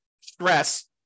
stress